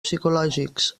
psicològics